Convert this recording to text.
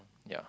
ya